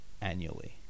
annually